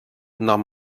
nom